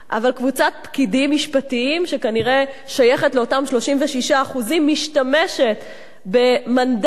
אבל קבוצת פקידים משפטיים שכנראה שייכת לאותם 36% משתמשת במנדט